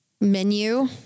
Menu